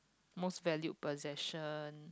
most valued possession